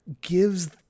gives